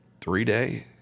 three-day